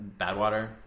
Badwater